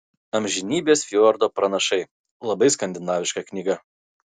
amžinybės fjordo pranašai labai skandinaviška knyga